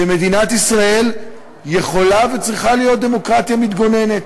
שמדינת ישראל יכולה וצריכה להיות דמוקרטיה מתגוננת,